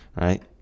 right